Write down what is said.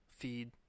feed